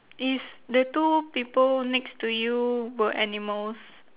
if the two people next two you were animals